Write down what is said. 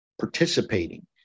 participating